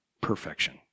perfection